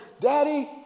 Daddy